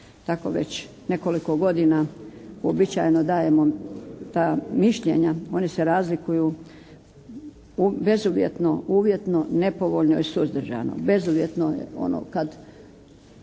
Tako već nekoliko godina uobičajeno dajemo mišljenja ona se razlikuju u bezuvjetno, uvjetno, nepovoljno i suzdržano. Bezuvjetno je ono kad